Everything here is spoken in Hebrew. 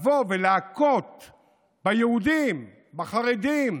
לבוא ולהכות ביהודים, בחרדים,